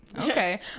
okay